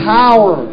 power